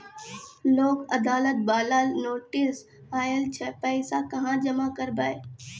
लोक अदालत बाला नोटिस आयल छै पैसा कहां जमा करबऽ?